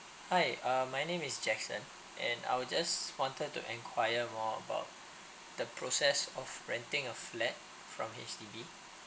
hi um my name is jackson and I'd just wanted to enquire more about the process of renting a flat from H_D_B